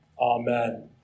Amen